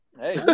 Hey